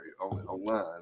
online